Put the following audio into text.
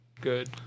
good